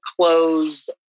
closed